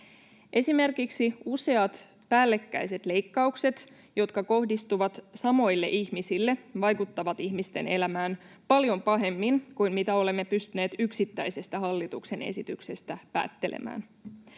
Esimerkiksi useat päällekkäiset leikkaukset, jotka kohdistuvat samoille ihmisille, vaikuttavat ihmisten elämään paljon pahemmin kuin mitä olemme pystyneet yksittäisestä hallituksen esityksestä päättelemään.